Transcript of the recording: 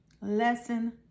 Lesson